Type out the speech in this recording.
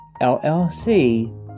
LLC